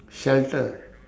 shelter